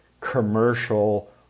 commercial